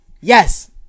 Yes